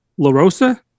LaRosa